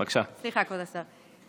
סליחה, כבוד השר.